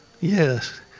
Yes